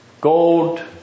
gold